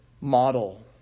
model